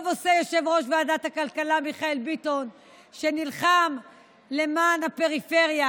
טוב עושה יושב-ראש ועדת הכלכלה מיכאל ביטון שנלחם למען הפריפריה,